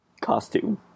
costume